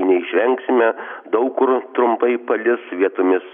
neišvengsime daug kur trumpai palis vietomis